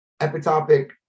epitopic